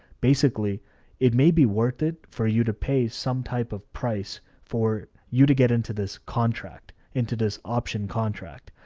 basically it may be worth it for you to pay some type of price for you to get into this contract, into this option contract.